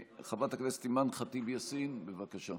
חברת הכנסת אימאן ח'טיב יאסין, בבקשה.